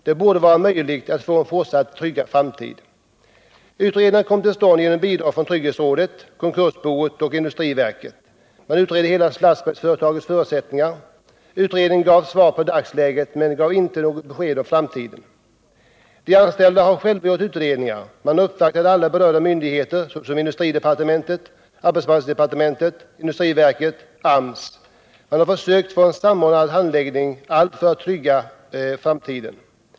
Det borde vara möjligt att få en fortsatt tryggad framtid. Utredningar kom till genom bidrag från Trygghetsrådet, konkursboet och industriverket. Man utredde hela Schlasbergsföretagets förutsättningar. Utredningen gav en belysning av dagsläget men inget besked om framtiden. De anställda har själva gjort utredningar. Man har uppvaktat alla berörda myndigheter, såsom industridepartementet, arbetsmarknadsdepartementet, industriverket och AMS, och man har försökt få till stånd en samordnad handläggning, allt för att trygga framtiden för de anställda.